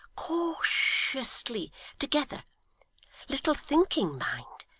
cautiously together little thinking, mind,